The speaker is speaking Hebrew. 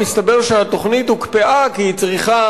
מסתבר שהתוכנית הוקפאה כי היא צריכה